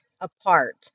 apart